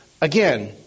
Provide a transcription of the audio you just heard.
Again